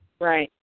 Right